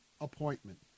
appointment